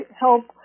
help